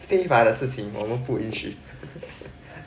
非法的事情我们不允许